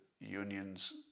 unions